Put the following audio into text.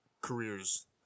careers